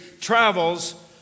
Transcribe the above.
travels